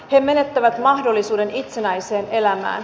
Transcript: he menettävät mahdollisuuden itsenäiseen elämään